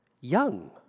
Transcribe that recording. young